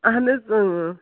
اہن حظ